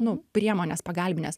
nu priemonės pagalbinės